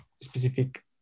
specific